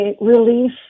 Relief